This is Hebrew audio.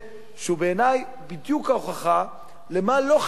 שבעיני הוא בדיוק ההוכחה למה לא חייבים.